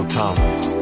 Thomas